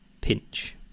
Pinch